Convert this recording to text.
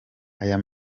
ayo